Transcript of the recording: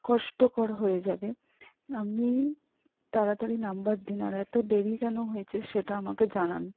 কষ্টকর হয়ে যাবে আপনি তাড়াতাড়ি নাম্বার দিন আর এতো দেরি কেন হয়েছে সেটা আমাকে জানান